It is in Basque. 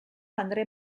andre